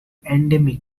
endemic